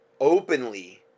openly